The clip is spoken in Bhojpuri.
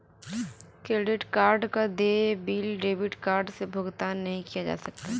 क्रेडिट कार्ड क देय बिल डेबिट कार्ड से भुगतान नाहीं किया जा सकला